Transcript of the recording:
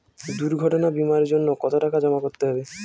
দুর্ঘটনা বিমার জন্য কত টাকা জমা করতে হবে?